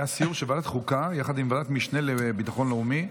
היה סיור של ועדת החוקה יחד עם ועדת המשנה לביטחון לאומי,